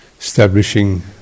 establishing